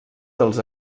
dels